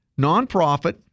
nonprofit